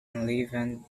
enlivened